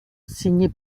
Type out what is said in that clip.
signée